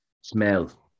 smell